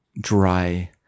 Dry